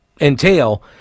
entail